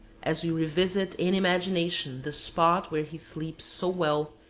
as we revisit in imagination the spot where he sleeps so well,